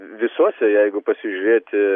visose jeigu pasižiūrėti